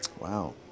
Wow